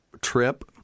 trip